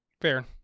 fair